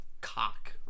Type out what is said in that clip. cock